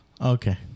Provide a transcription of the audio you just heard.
Okay